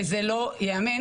וזה לא ייאמן.